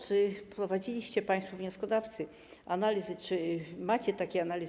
Czy prowadziliście, państwo wnioskodawcy, analizy, czy macie takie analizy?